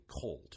cold